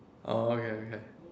orh okay okay